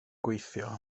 gweithio